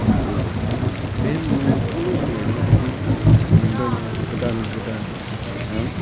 मोनबोबाय बे मुलुगखौनो सोलायनाय बायदि मोनबोनायाव गोदान गोदान